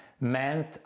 meant